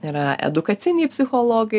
yra edukaciniai psichologai